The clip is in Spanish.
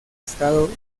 estado